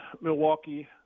milwaukee